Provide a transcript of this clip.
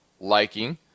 liking